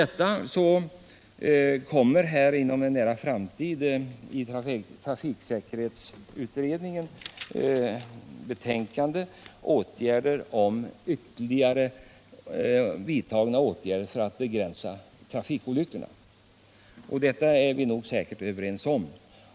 Hur som helst — inom en nära framtid kommer trafiksäkerhetsutredningens betänkande och i enlighet med det kommer ytterligare åtgärder att vidtas för att begränsa trafikolyckorna; det är vi säkert överens om.